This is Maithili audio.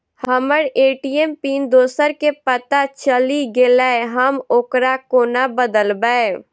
हम्मर ए.टी.एम पिन दोसर केँ पत्ता चलि गेलै, हम ओकरा कोना बदलबै?